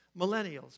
millennials